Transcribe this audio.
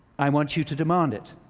i want you to demand it.